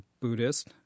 Buddhist